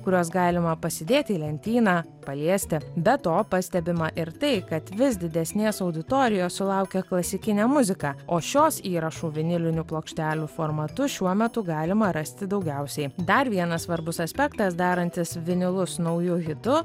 kuriuos galima pasidėti į lentyną paliesti be to pastebima ir tai kad vis didesnės auditorijos sulaukia klasikinė muzika o šios įrašų vinilinių plokštelių formatu šiuo metu galima rasti daugiausiai dar vienas svarbus aspektas darantis vinilus nauju hitu